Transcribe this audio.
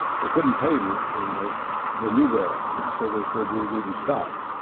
they couldn't pay me and they they knew that and so they said, we'll give you stock.